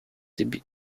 debut